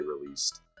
released